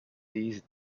these